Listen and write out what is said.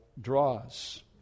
draws